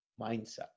Mindset